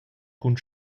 cun